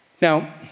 Now